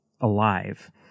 alive